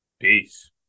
Peace